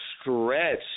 stretch